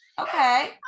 okay